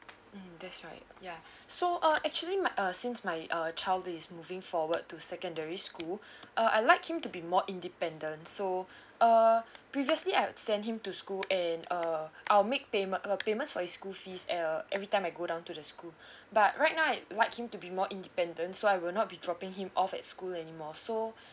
mm that's right ya so uh actually my uh since my uh child is moving forward to secondary school uh I like him to be more independent so uh previously I will send him to school and uh I'll make payment uh payment for his school fees and uh every time I go down to the school but right now right like him to be more independent so I will not be dropping him off at school anymore so